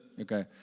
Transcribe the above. okay